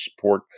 support